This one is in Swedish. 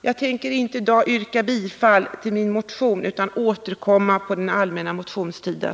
Jag tänker inte i dag yrka bifall till min motion utan återkommer under den allmänna motionstiden.